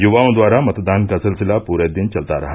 युवाओं द्वारा मतदान का सिलसिला पूरे दिन चलता रहा